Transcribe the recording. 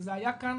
זה היה כאן,